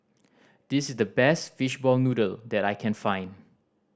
this is the best fishball noodle that I can find